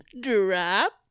drop